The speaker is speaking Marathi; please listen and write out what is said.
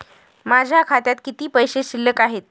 माझ्या खात्यात किती पैसे शिल्लक आहेत?